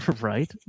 Right